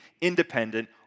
independent